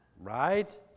right